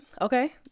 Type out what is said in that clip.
okay